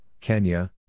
Kenya